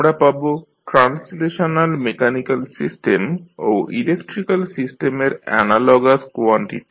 আমরা পাব translational mechanical system ও ইলেক্ট্রিক্যাল সিস্টেমের অ্যানালগাস কোয়ানটিটি